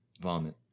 vomit